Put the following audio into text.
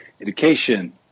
education